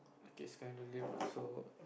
okay it's kind of lame ah so